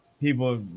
people